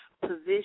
position